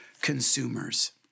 consumers